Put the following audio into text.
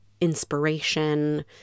inspiration